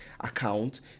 account